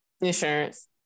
Insurance